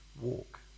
walk